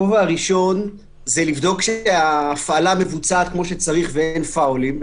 הכובע הראשון הוא לבדוק שההפעלה מבוצעת כפי שצריך ואין פאולים,